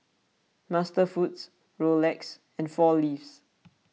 MasterFoods Rolex and four Leaves